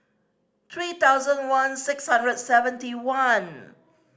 three thousand one six hundred and seventy one